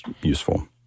useful